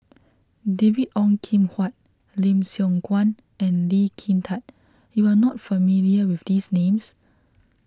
David Ong Kim Huat Lim Siong Guan and Lee Kin Tat you are not familiar with these names